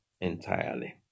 entirely